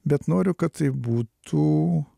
bet noriu kad tai būtų